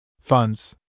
Funds